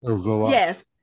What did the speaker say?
yes